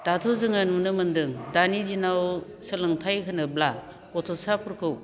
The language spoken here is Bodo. दाथ' जोङो नुनो मोन्दों दानि दिनाव सोलोंथाइ होनोब्ला गथ'साफोरखौ